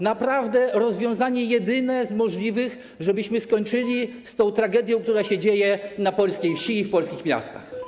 Naprawdę to rozwiązanie jedyne z możliwych, żebyśmy skończyli z tą tragedią, która się dzieje na polskiej wsi i w polskich miastach.